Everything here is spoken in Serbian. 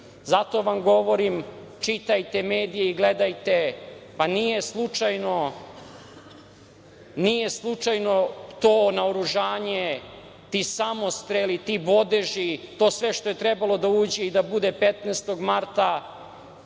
Zato vam govorim čitajte medije i gledajte. Pa, nije slučajno to naoružanje, ti samostreli, ti bodeži, to sve što je trebalo da uđe i da bude 15. marta